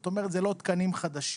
זאת אומרת זה לא תקנים חדשים.